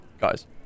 Guys